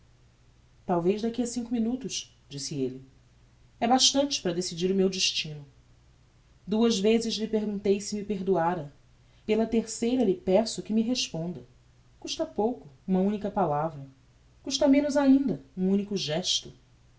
talvez daqui a cinco minutos disse elle é bastante para decidir o meu destino duas vezes lhe perguntei se me perdoara pela terceira lhe peço que me responda custa pouco uma unica palavra custa menos ainda um unico gesto